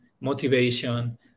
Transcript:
motivation